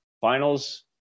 finals